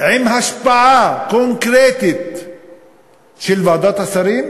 עם השפעה קונקרטית של ועדת השרים,